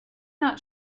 not